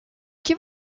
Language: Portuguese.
que